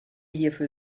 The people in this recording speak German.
hierfür